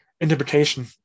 interpretation